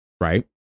Right